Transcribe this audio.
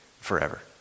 forever